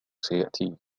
سيأتي